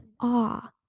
awe